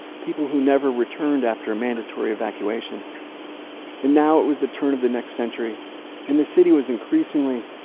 people who never returned after a mandatory evacuation and now it was the turn of the next century and the city was increasingly,